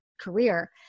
career